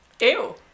ew